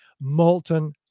molten